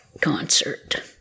concert